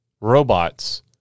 Robots